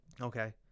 Okay